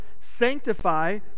sanctify